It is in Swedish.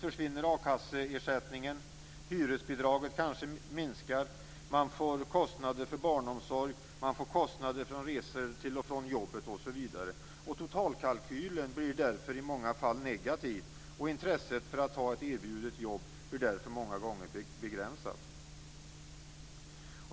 A kasseersättningen försvinner, hyresbidraget kanske minskar, man får kostnader för barnomsorg, man får kostnader för resor till och från jobbet osv. Totalkalkylen blir därför i många falla negativ, och intresset för att ta ett erbjudet jobb blir därför många gånger begränsat.